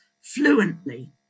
fluently